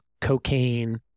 cocaine